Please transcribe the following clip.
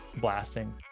blasting